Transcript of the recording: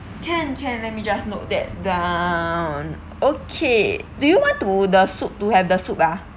can can let me just note that down okay do you want to the soup to have the soup ah